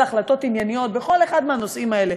החלטות ענייניות בכל אחד מהנושאים האלה,